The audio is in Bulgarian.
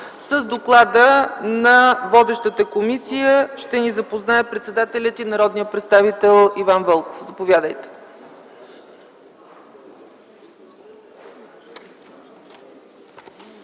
С доклада на водещата комисия ще ни запознае председателят й народният представител Иван Вълков. ДОКЛАДЧИК